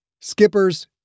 Skipper's